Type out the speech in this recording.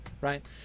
right